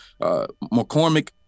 McCormick